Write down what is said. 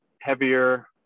heavier